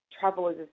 travelers